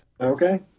Okay